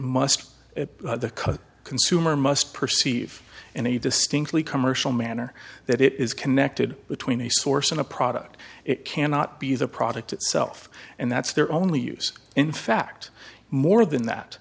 must the consumer must perceive in a distinctly commercial manner that it is connected between a source and a product it cannot be the product itself and that's their only use in fact more than that